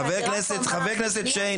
חבר הכנסת שיין,